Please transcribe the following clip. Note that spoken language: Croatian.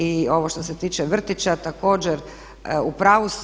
I ovo što se tiče vrtića također u pravu ste.